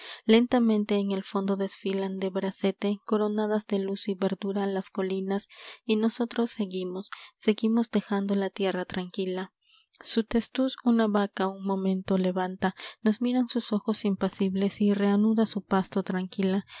lentamente en el fondo desfilan de bracete coronadas de luz y verdura las colinas y nosotros seguimos seguimos dejando la tierra tranquila su testuz una vaca un momento levanta nos miran sus ojos impasibles y reanuda su pasto tranquila